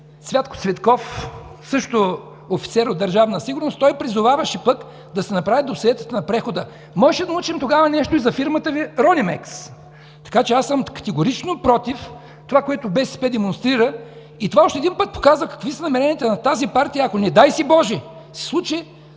Цвятко Цветков, също офицер от Държавна сигурност, той пък призоваваше да се направят досиетата на прехода. Тогава можеше да научим нещо и за фирмата Ви „Ролинекс“. Така че аз съм категорично против това, което демонстрира БСП. То още веднъж показва какви са намеренията на тази партия, ако не дай си Боже се случи